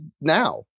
now